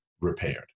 repaired